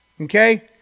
okay